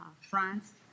France